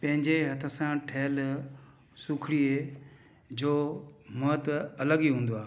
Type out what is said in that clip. पंहिंजे हथ सां ठहियल सुखिणिय जो महत्वु अलॻि ई हूंदो आहे